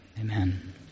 Amen